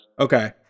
Okay